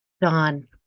Dawn